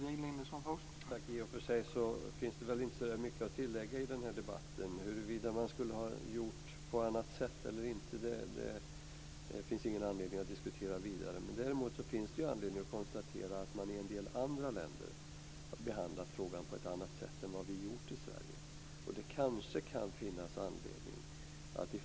Herr talman! Det finns inte så mycket att tillägga i den här debatten. Huruvida man skulle ha gjort på ett annat sätt finns det ingen anledning att diskutera vidare. Däremot finns det anledning att konstatera att man i en del andra länder har behandlat frågan på ett annat sätt än vad vi har gjort i Sverige.